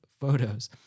photos